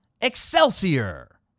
excelsior